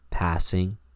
passing